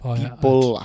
people